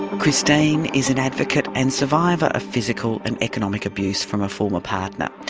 christine is an advocate and survivor of physical and economic abuse from a former partner.